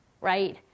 right